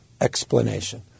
explanation